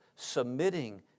submitting